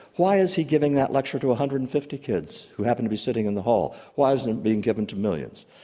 why is he giving that lecture to one ah hundred and fifty kids who happen to be sitting in the hall, why isn't it being given tomillions?